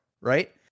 right